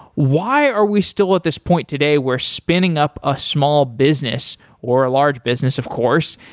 why are we still at this point today where spinning up a small business or a large business, of course,